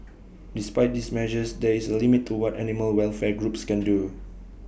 despite these measures there is A limit to what animal welfare groups can do